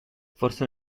forse